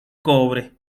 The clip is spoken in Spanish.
cobre